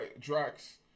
Drax